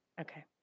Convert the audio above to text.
Okay